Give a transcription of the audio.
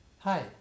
hi